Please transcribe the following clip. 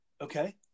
okay